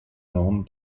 norm